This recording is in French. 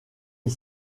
est